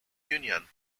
union